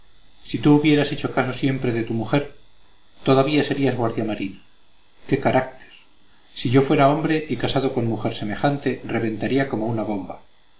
si tú hubieras hecho caso siempre de tu mujer todavía serías guardia marina qué carácter si yo fuera hombre y casado con mujer semejante reventaría como una bomba